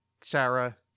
Sarah